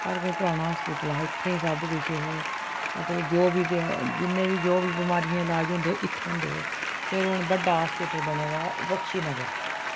सारें कोला पराना अस्पताल हा इत्थै ई सब किछ हे मतलब जो बी जिन्ने बी बमारियें दे लाज होंदे इत्थै होंदे हे फिर ओह् हून बड्डा अस्पताल बने दा बक्शीनगर